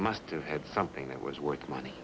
must've had something that was worth money